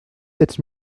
sept